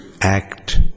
act